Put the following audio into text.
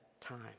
time